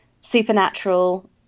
supernatural